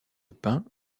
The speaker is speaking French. pain